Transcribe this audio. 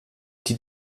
die